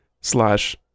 slash